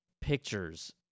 pictures